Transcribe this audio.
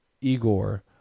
Igor